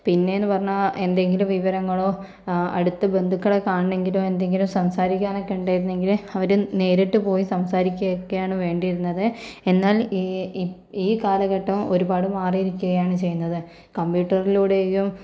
പിന്നേന്ന് പറഞ്ഞാൽ എന്തെങ്കിലും വിവരങ്ങളോ അടുത്ത ബന്ധുക്കളെ കാണണങ്കിലോ എന്തെങ്കിലും സംസാരിക്കാനൊക്കെ ഉണ്ടായിരുന്നെങ്കില് അവര് നേരിട്ട് പോയി സംസാരിക്കുകയൊക്കെയാണ് വേണ്ടിയിരുന്നത് എന്നാൽ ഈ ഈ കാലഘട്ടം ഒരുപാട് മാറിയിരിക്കുകയാണ് ചെയ്യുന്നത് കംപ്യൂട്ടറിലൂടെയും